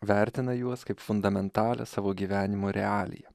vertina juos kaip fundamentalią savo gyvenimo realiją